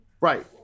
right